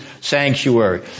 sanctuary